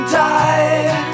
die